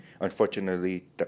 unfortunately